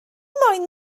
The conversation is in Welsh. moyn